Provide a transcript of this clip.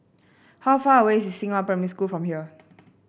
how far away is Xinghua Primary School from here